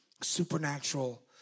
supernatural